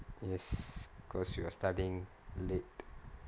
yes because you are studying late